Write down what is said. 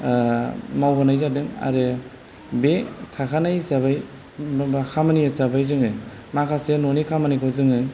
मावहोनाय जादों आरो बे थाखानाय हिसाबै खामानि हिसाबै जोङो माखासे नुनाय खामानिखौ जोङो